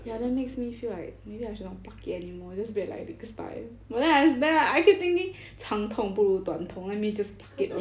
ya that makes me feel like maybe I should not pluck it anymore just be like but then I then I keep thinking 长痛不如短痛 let me just pluck it